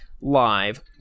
Live